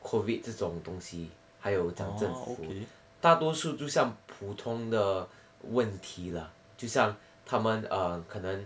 COVID 这种东西还有讲政府大多数就像普通的问题啦就像他们 err 可能